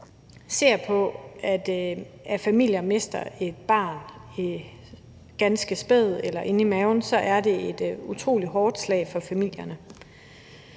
ser på, at familier mister et barn – ganske spædt eller inde i maven – er det et utrolig hårdt slag for familierne.